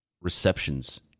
receptions